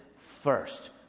first